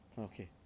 okay